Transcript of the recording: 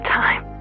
time